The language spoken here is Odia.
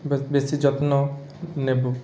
ବେଶି ଯତ୍ନ ନେବୁ